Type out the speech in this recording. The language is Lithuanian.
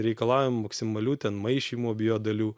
reikalaujam maksimalių ten maišymo biodalių